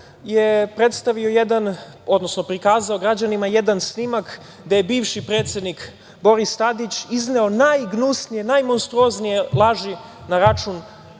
je predstavio građanima jedan snimak gde je bivši predsednik Boris Tadić izneo najgnusnije i najmonstruoznije laži na račun